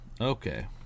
Okay